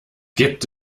gibt